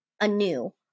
anew